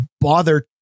bother